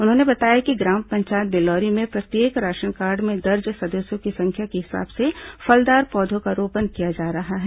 उन्होंने बताया कि ग्राम पंचायत बिलौरी में प्रत्येक राशनकार्ड में दर्ज सदस्यों की संख्या के हिसाब से फलदार पौधों का रोपण किया जा रहा है